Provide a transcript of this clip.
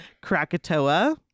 krakatoa